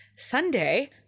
sunday